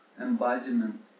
embodiment